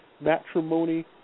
matrimony